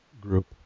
Group